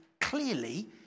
clearly